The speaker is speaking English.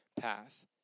path